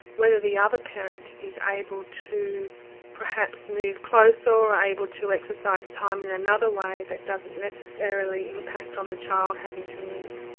whether the other parent is able to perhaps move closer or able to exercise time in another way that doesn't necessarily impact on the child having to move.